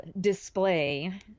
display